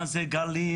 מה זה גלים,